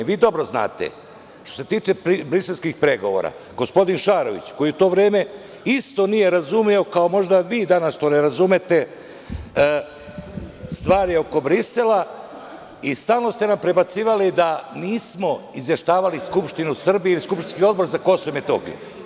Vi dobro znate, što se tiče briselskih pregovora, gospodin Šarović, koji u to vreme isto nije razumeo, kao možda vi danas što ne razumete, stvari oko Brisela i stalno ste nam prebacivali da nismo izveštavali Skupštinu Srbije ili skupštinski Odbor za KiM.